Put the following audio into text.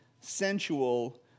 sensual